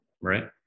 right